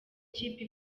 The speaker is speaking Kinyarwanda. kipe